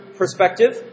perspective